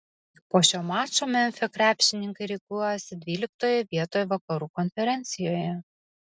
po šio mačo memfio krepšininkai rikiuojasi dvyliktoje vietoje vakarų konferencijoje